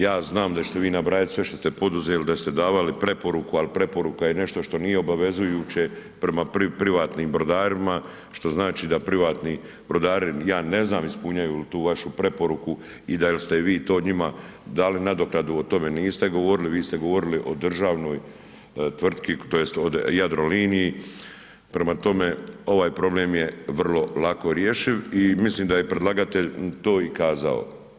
Ja znam da ćete vi nabrajat sve šta ste poduzeli da ste davali preporuku, ali preporuka je nešto što nije obavezujuće prema privatnim brodarima što znači da privatni brodari ja ne znam ispunjaju li tu vašu preporuku i dal ste vi to njima dali nadoknadu o tome niste govorili, vi ste govorili o državnoj tvrtki tj. o Jadroliniji, prema tome ovaj problem je vrlo lako rješiv i mislim da je predlagatelj to i kazao.